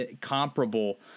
comparable